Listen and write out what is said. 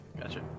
Gotcha